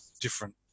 different